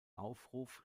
aufruf